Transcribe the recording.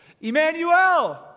Emmanuel